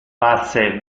face